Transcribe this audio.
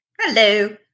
Hello